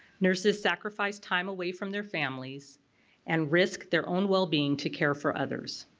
nurses sacrificed time away from their families and risk their own well-being to care for others.